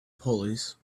pulleys